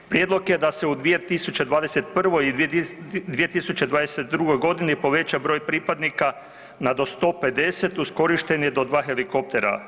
Prijedlog je da se u 2021. i 2022. g. poveća broj pripadnika na do 150 uz korištenje do 2 helikoptera.